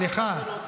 סליחה.